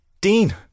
Dean